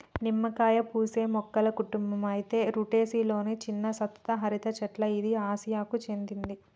నిమ్మకాయ పూసే మొక్కల కుటుంబం అయిన రుటెసి లొని చిన్న సతత హరిత చెట్ల ఇది ఆసియాకు చెందింది